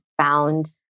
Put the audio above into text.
found